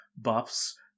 buffs